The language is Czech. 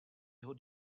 jeho